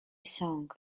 song